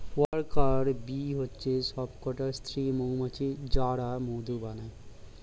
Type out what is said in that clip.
worker bee হচ্ছে সবকটা স্ত্রী মৌমাছি যারা মধু বানায়